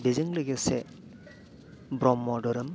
बेजों लोगोसे ब्रह्म दोहोरोम